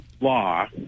law